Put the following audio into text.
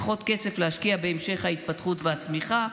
פחות כסף להשקיע בהמשך ההתפתחות והצמיחה,